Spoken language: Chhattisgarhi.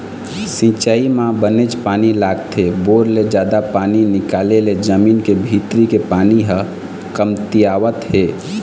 सिंचई म बनेच पानी लागथे, बोर ले जादा पानी निकाले ले जमीन के भीतरी के पानी ह कमतियावत हे